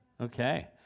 Okay